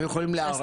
הם יכולים לערער.